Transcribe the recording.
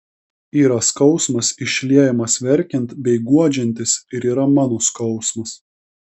yra skausmas išliejamas verkiant bei guodžiantis ir yra mano skausmas